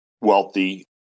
wealthy